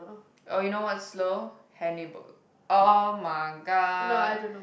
oh you know what's slow Hannibal [oh]-my-god